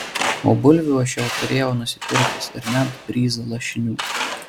o bulvių aš jau turėjau nusipirkęs ir net bryzą lašinių